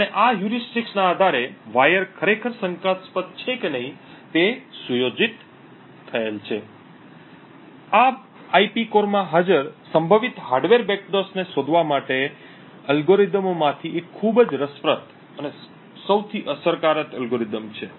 અને આ હ્યુરીસ્ટિક્સ ના આધારે વાયર ખરેખર શંકાસ્પદ છે કે નહીં તે સુયોજિત થયેલ છે આ આઇપી કોર માં હાજર સંભવિત હાર્ડવેર બેકડોર્સને શોધવા માટે અલ્ગોરિધમો માંથી એક ખૂબ જ રસપ્રદ સૌથી અસરકારક અલ્ગોરિધમ છે